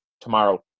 tomorrow